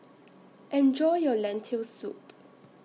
Enjoy your Lentil Soup